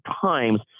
times